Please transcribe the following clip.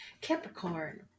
Capricorn